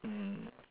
mm